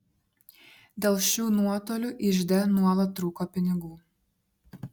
dėl šių nuotolių ižde nuolat trūko pinigų